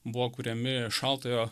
buvo kuriami šaltojo